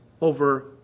over